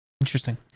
Interesting